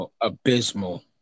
abysmal